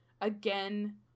again